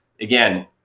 again